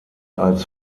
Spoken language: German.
als